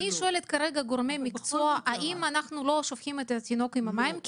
אני שואלת כרגע גורמי מקצוע האם אנחנו לא שופכים את התינוק עם המים.